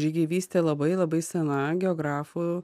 žygeivystė labai labai sena geografų